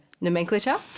nomenclature